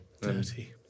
Dirty